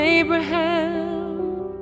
Abraham